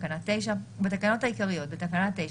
בתקנת משנה (ג),